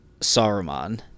saruman